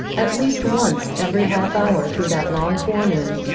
at least once every half-hour through that long forenoon,